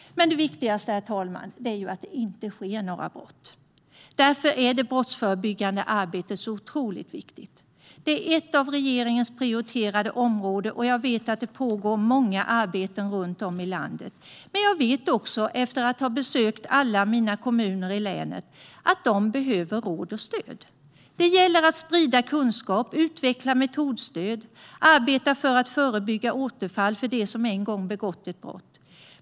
Men det viktigaste, herr talman, är att det inte sker några brott. Därför är det brottsförebyggande arbetet otroligt viktigt. Det är ett av regeringens prioriterade områden. Jag vet att det pågår många arbeten runt om i landet. Men jag vet också, efter att ha besökt alla kommuner i mitt län, att de behöver råd och stöd. Det gäller att sprida kunskap, utveckla metodstöd och att arbeta för att förebygga återfall för dem som en gång begått ett brott.